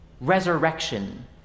Resurrection